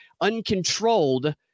uncontrolled